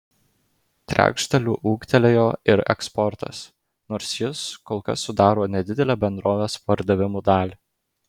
trečdaliu ūgtelėjo ir eksportas nors jis kol kas sudaro nedidelę bendrovės pardavimų dalį